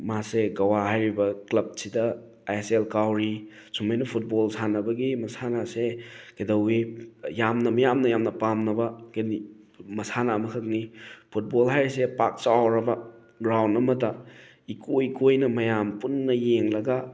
ꯃꯥꯁꯦ ꯒꯧꯋꯥ ꯍꯥꯏꯔꯤꯕ ꯀ꯭ꯂꯕ ꯁꯤꯗ ꯑꯥꯏ ꯑꯦꯁ ꯑꯦꯜ ꯀꯥꯎꯔꯤ ꯁꯨꯝꯃꯥꯏꯅ ꯐꯨꯠꯕꯣꯜ ꯁꯥꯟꯅꯕꯒꯤ ꯃꯁꯥꯟꯅ ꯑꯁꯦ ꯀꯩꯗꯧꯋꯤ ꯌꯥꯝꯅ ꯃꯤꯌꯥꯝꯅ ꯌꯥꯝꯅ ꯄꯥꯝꯅꯕ ꯃꯁꯥꯟꯅ ꯑꯃꯈꯛꯅꯤ ꯐꯨꯠꯕꯣꯜ ꯍꯥꯏꯔꯤꯁꯦ ꯄꯥꯛ ꯆꯥꯎꯔꯕ ꯒ꯭ꯔꯥꯎꯟ ꯑꯃꯗ ꯏꯀꯣꯏ ꯀꯣꯏꯅ ꯃꯌꯥꯝ ꯄꯨꯟꯅ ꯌꯦꯡꯂꯒ